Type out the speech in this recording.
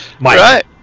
Right